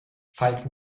falls